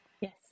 Yes